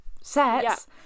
sets